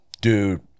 Dude